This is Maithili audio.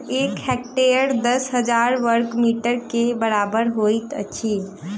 एक हेक्टेयर दस हजार बर्ग मीटर के बराबर होइत अछि